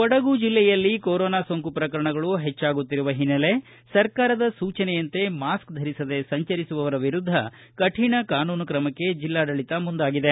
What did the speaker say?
ಕೊಡಗು ಜಿಲ್ಲೆಯಲ್ಲಿ ಕೋರೋನಾ ಸೋಂಕು ಪ್ರಕರಣಗಳು ಹೆಚ್ಚಾಗುತ್ತಿರುವ ಹಿನ್ನಲೆ ಸರ್ಕಾರದ ಸೂಚನೆಯಂತೆ ಮಾಸ್ಕ್ ಧರಿಸದೇ ಸಂಚರಿಸುವವರ ವಿರುದ್ದ ಕಠಿಣ ಕಾನೂನು ಕ್ರಮಕ್ಕೆ ಜಿಲ್ಲಾಡಳಿತ ಮುಂದಾಗಿದೆ